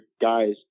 guys